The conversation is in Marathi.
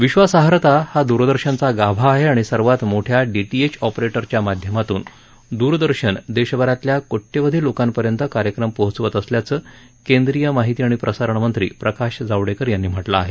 विश्वासार्हता हा दूरदर्शनचा गाभा आहे आणि सर्वात मोठ्या डीटीएच ऑपरेटरच्या माध्यमातून दूरदर्शन देशभरातल्या कोट्यवधि लोकांपर्यंत कार्यक्रम पोहोचवत असल्याचं केंद्रीय माहिती आणि प्रसारणमंत्री प्रकाश जावडेकर यांनी म्हटलं आहे